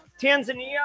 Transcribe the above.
Tanzania